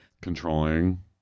controlling